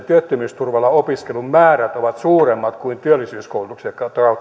työttömyysturvalla opiskelun määrät ovat suuremmat kuin työllisyyskoulutuksen